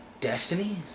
Destiny